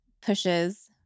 pushes